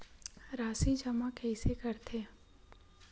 राशि जमा कइसे करथे?